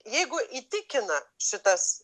jeigu įtikina šitas